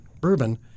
bourbon